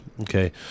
okay